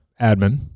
admin